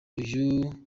uyu